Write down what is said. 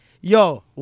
Yo